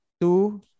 two